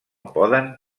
poden